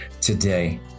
today